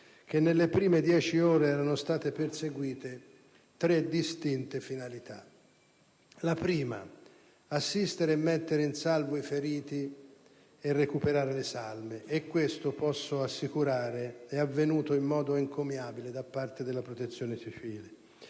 che nelle prime 10 ore erano state perseguite tre distinte finalità. La prima è stata di assistere e mettere in salvo i feriti e di recuperare le salme. Posso assicurare che ciò è avvenuto in modo encomiabile da parte della Protezione civile.